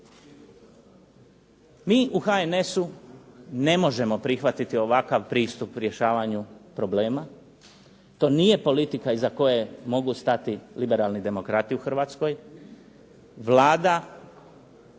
Mi u HNS-u ne možemo prihvatiti ovakav pristup rješavanju problema, to nije politika iza koje mogu stati liberalni demokrati u Hrvatskoj. Vlada